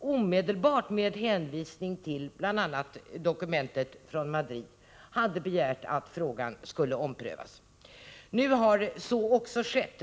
omedelbart med hänvisning bl.a. till dokumentet från Madrid hade begärt att frågan skulle omprövas. Nu har så också skett.